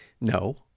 no